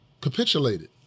capitulated